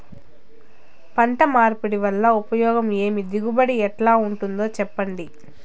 పంట మార్పిడి వల్ల ఉపయోగం ఏమి దిగుబడి ఎట్లా ఉంటుందో చెప్పండి?